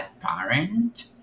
parent